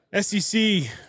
SEC